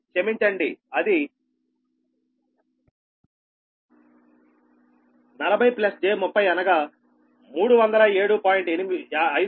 క్షమించండి అది 40 j 30 అనగా 307